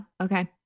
Okay